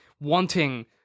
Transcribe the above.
wanting